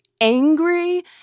angry